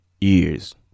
years